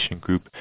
group